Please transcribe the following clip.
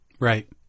Right